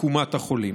עקומת החולים.